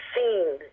scene